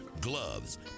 gloves